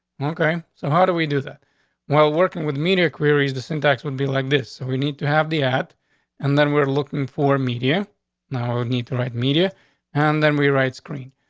okay, so how do we do that while working with media queries? this in tax would be like this. we need to have the ad and then we're looking for media now. need to write media on. and then we write screen.